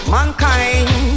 Mankind